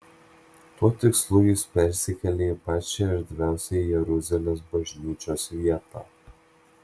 tuo tikslu jis persikėlė į pačią erdviausią jeruzalės bažnyčios vietą